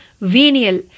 venial